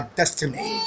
destiny